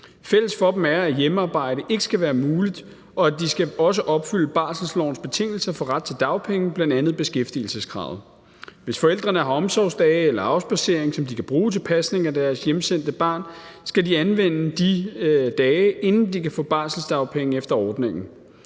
Fælles for dem er, at hjemmearbejde ikke skal være muligt, og at de også skal opfylde barselslovens betingelser for ret til dagpenge, bl.a. beskæftigelseskravet. Hvis forældrene har omsorgsdage eller afspadsering, som de kan bruge til pasning af deres hjemsendte barn, skal de anvende de dage, inden de kan få barselsdagpenge efter ordningen.